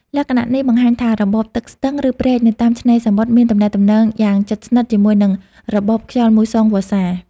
លក្ខណៈនេះបង្ហាញថា របបទឹកស្ទឹង ឬព្រែកនៅតាមឆ្នេរសមុទ្រមានទំនាក់ទំនងយ៉ាងជិតស្និទ្ធជាមួយនឹងរបបខ្យល់មូសុងវស្សា។